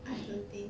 I don't think